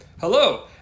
Hello